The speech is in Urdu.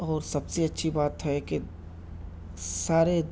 اور سب سے اچھی بات ہے کہ سارے